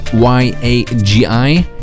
YAGI